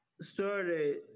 started